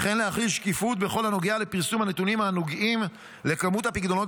וכן להחיל שקיפות בכל הנוגע לפרסום הנתונים הנוגעים לכמות הפיקדונות